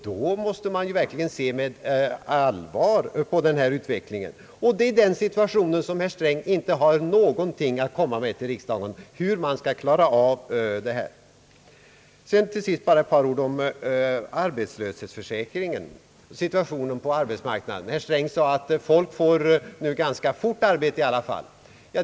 Då måste man verkligen se med allvar på utvecklingen, men i den situationen har herr Sträng inte någonting att komma med till riksdagen som ger en antydan om hur man skall klara av svårigheterna. Till sist bara ett par ord om arbetslöshetsförsäkringen och situationen på arbetsmarknaden. Herr Sträng sade att folk nu i alla fall ganska snabbt får arbete.